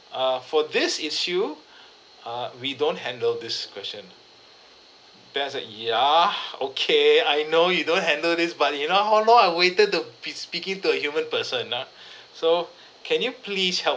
err for this issue uh we don't handle this question then I was like ya okay I know you don't handle this but you know how long I waited to be speaking to a human person ah so can you please help